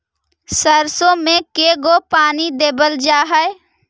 सरसों में के गो पानी देबल जा है?